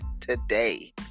today